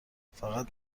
فقط